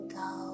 go